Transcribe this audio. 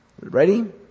Ready